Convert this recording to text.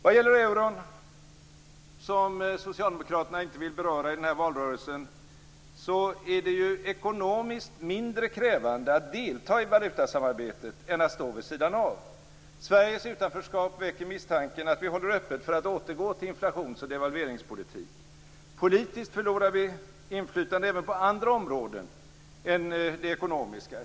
Vad gäller euron, som socialdemokraterna inte vill beröra i denna valrörelse, är det ekonomiskt mindre krävande att delta i valutasamarbetet än att stå vid sidan av. Sveriges utanförskap väcker misstanken att vi håller öppet för att återgå till inflations och devalveringspolitik. Politiskt förlorar vi inflytande även på andra områden än det ekonomiska.